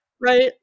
Right